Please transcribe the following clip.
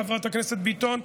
חברת הכנסת ביטון,